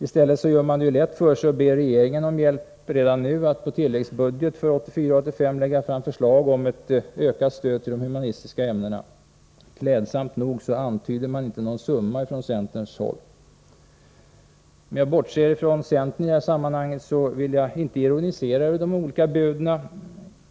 Centern gör det lätt för sig och ber redan nu regeringen om hjälp att på tilläggsbudget för 1984/85 lägga fram förslag om ett ökat stöd till de humanistiska ämnena. Klädsamt nog antyder centern inte någon summa. Om jag bortser från centern i detta sammanhang, vill jag inte ironisera över de olika buden.